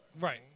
Right